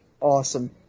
Awesome